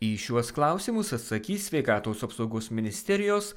į šiuos klausimus atsakys sveikatos apsaugos ministerijos